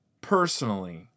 personally